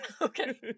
Okay